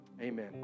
Amen